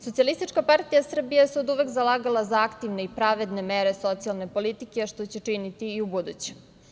Socijalistička partija Srbije se oduvek zalagala za aktivne i pravedne mere socijalne politike, što će činiti i ubuduće.